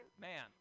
Man